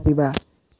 ଯିବା